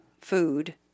food